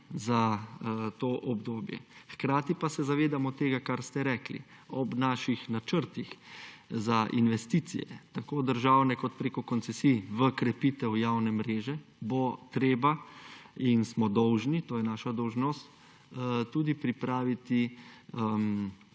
za to obdobje. Hkrati pa se zavedamo tega, kar ste rekli. Ob naših načrtih za investicije tako državne kot preko koncesij v krepitev javne mreže bo treba in smo dolžni, to je naša dolžnost, tudi pripraviti